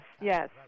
yes